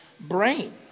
brain